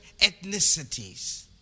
ethnicities